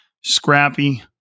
scrappy